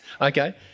okay